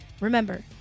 remember